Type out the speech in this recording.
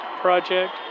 project